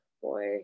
boy